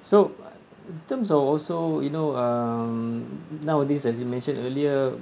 so in terms of also you know um nowadays as you mentioned earlier